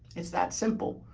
it's that simple.